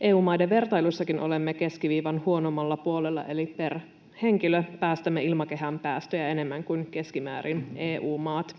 EU-maiden vertailussakin olemme keskiviivan huonommalla puolella, eli per henkilö päästämme ilmakehään päästöjä enemmän kuin keskimäärin EU-maat.